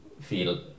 feel